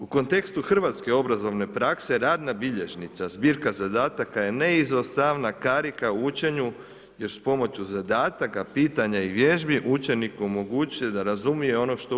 U kontekstu hrvatske obrazovne prakse, radna bilježnica, zbirka zadataka je neizostavna karika u učenju jer s pomoći zadataka, pitanja i vježbi, učeniku omogućuje da razumije ono što uči.